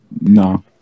No